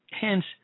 Hence